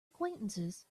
acquaintances